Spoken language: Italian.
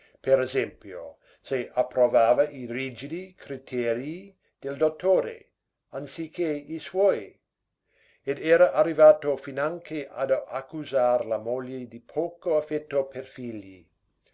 per esempio se approvava i rigidi criterii del dottore anziché i suoi ed era arrivato finanche ad accusar la moglie di poco affetto pe figli